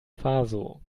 faso